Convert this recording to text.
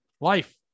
life